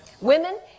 Women